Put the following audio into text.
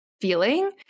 feeling